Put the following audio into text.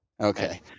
Okay